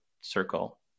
circle